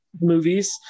movies